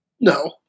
No